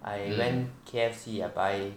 I went K_F_C I buy